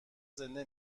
زنده